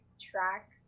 track